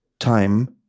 time